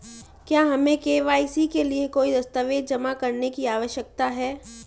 क्या हमें के.वाई.सी के लिए कोई दस्तावेज़ जमा करने की आवश्यकता है?